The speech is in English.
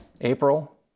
April